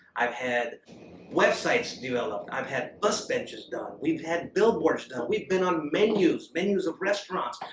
i've had websites developed. i've had bus benches done. we've had billboards done. we've been on menus, menus of restaurants.